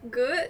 good